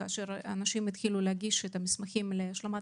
כאשר אנשים התחילו להגיש את המסמכים להשלמת